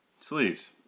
sleeves